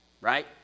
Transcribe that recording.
right